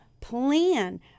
plan